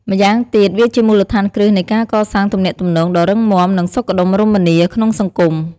ម៉្យាងទៀតវាជាមូលដ្ឋានគ្រឹះនៃការកសាងទំនាក់ទំនងដ៏រឹងមាំ និងសុខដុមរមនាក្នុងសង្គម។